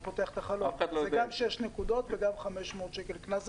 זה גם שש נקודות וגם 500 שקל קנס.